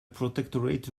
protectorate